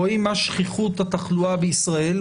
רואים מה שכיחות התחלואה בישראל,